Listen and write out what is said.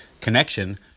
connection